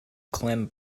clem